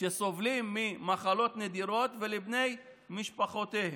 שסובלים ממחלות נדירות ולבני משפחותיהם.